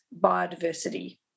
biodiversity